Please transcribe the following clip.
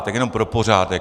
Tak jenom pro pořádek.